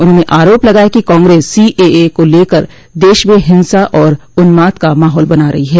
उन्होंने आरोप लगाया कि कांग्रेस सीएए को लेकर देश में हिंसा और उन्माद का माहौल बना रही है